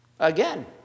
again